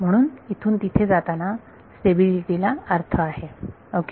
म्हणजे इथुन तिथे जाताना स्टेबिलिटी ला अर्थ आहे ओके